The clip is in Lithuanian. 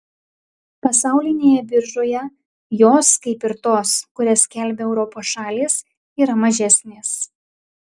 pasaulinėje biržoje jos kaip ir tos kurias skelbia europos šalys yra mažesnės